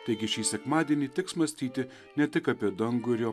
taigi šį sekmadienį tiks mąstyti ne tik apie dangų ir jo